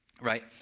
right